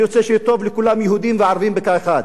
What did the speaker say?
אני רוצה שיהיה טוב לכולם יהודים וערבים כאחד.